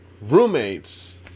roommates